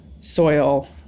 soil